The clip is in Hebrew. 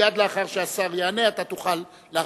מייד לאחר שהשר יענה אתה תוכל להרחיב.